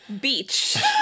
beach